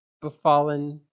befallen